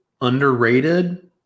underrated